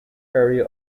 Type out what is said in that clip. area